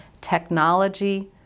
technology